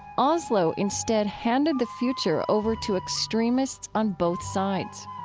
oslo instead handed the future over to extremists on both sides